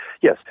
yes